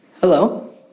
Hello